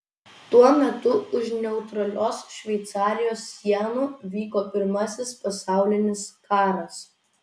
tuo metu už neutralios šveicarijos sienų vyko pirmasis pasaulinis karas